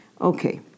Okay